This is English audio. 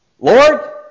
Lord